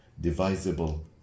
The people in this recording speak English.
Divisible